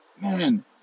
man